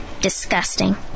Disgusting